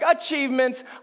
achievements